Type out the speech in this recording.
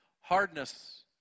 Hardness